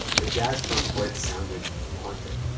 the jazz front court sounded haunted.